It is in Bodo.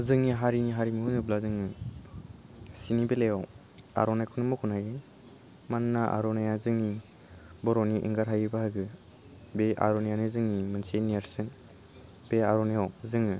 जोंनि हारिनि हारिमु होनोब्ला जोङो सिनि बेलायाव आर'नाइखौनो मख'नो हायो मानोना आर'नाइआ जोंनि बर'नि एंगार हायि बाहागो बे आर'नाइआनो जोंनि मोनसे नेर्सोन बे आर'नाइआव जोङो